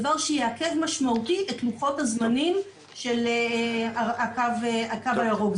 דבר שיעכב משמעותית את לוחות הזמנים של הקו הירוק.